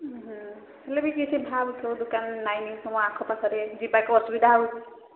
ଉଁ ହୁଁ ହେଲେ ବି କିଛି ଭାବ ଯୋଉ ଦୋକାନ ନାହିଁ ତୁମ ଆଖ ପାଖରେ ଯିବାକୁ ଅସୁବିଧା ହଉ